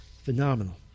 phenomenal